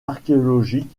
archéologiques